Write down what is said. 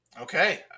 Okay